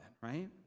right